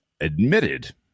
admitted